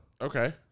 Okay